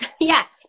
Yes